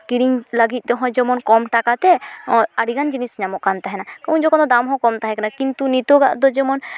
ᱠᱤᱨᱤᱧ ᱞᱟᱹᱜᱤᱫ ᱛᱮᱦᱚᱸ ᱡᱮᱢᱚᱱ ᱠᱚᱢ ᱴᱟᱠᱟᱛᱮ ᱟᱹᱰᱤᱜᱟᱱ ᱡᱤᱱᱤᱥ ᱧᱟᱢᱚᱜ ᱠᱟᱱ ᱛᱟᱦᱮᱱᱟ ᱩᱱ ᱡᱚᱠᱷᱚᱱ ᱦᱚᱸ ᱫᱟᱢ ᱦᱚᱸ ᱠᱚᱢ ᱛᱟᱦᱮᱸ ᱠᱟᱱᱟ ᱠᱤᱱᱛᱩ ᱱᱤᱛᱚᱜᱟᱜ ᱫᱚ ᱡᱮᱢᱚᱱ